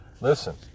Listen